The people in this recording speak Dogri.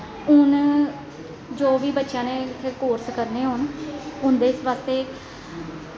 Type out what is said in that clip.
हून जो बी बच्चेआं ने इत्थे कोर्स करने होन उं'दे बास्तै